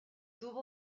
tuvo